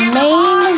main